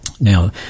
Now